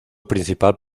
principal